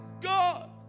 God